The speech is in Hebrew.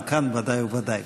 אבל כאן ודאי וודאי.